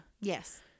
Yes